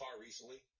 recently